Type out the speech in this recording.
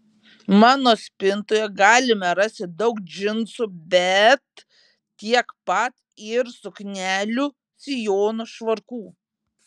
mano spintoje galime rasti daug džinsų bet tiek pat ir suknelių sijonų švarkų